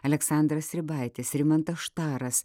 aleksandras ribaitis rimantas štaras